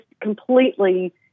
completely